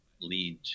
lead